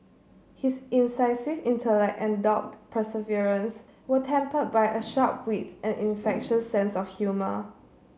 his incisive intellect and dogged perseverance were tempered by a sharp wit and infectious sense of humour